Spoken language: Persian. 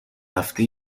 هفته